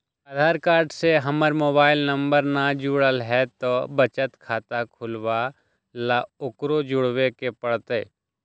आधार card से हमर mobile number न जुरल है त बचत खाता खुलवा ला उकरो जुड़बे के पड़तई?